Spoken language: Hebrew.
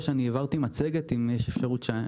העברתי מצגת, אם יש אפשרות להציג אותה.